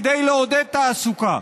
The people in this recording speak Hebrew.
כדי לעודד תעסוקה.